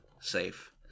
safe